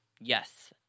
Yes